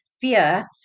fear